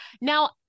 now